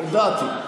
הודעתי.